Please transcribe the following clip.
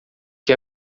que